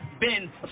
ben